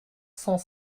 cent